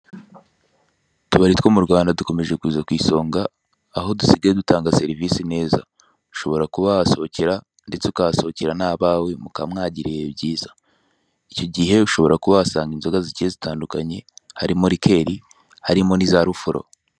Utubari two mu Rwanda dukomeje kuza ku isonga aho dusigaye dutanga serivise neza, ushobora kuba wahasohokera ndetse ukahasohokera n'abawe mukaba mwagira ibihe byiza, icyo gihe ushobora kuba wahasanga inzoga zigiye zitandukanye harimo likeri harimo n'iza rufuro.